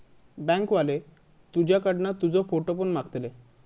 bank वाले तुझ्याकडना तुजो फोटो पण मागतले